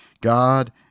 God